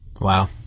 Wow